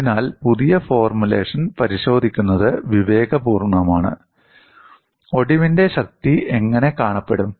അതിനാൽ പുതിയ ഫോർമുലേഷൻ പരിശോധിക്കുന്നത് വിവേകപൂർണ്ണമാണ് ഒടിവിന്റെ ശക്തി എങ്ങനെ കാണപ്പെടും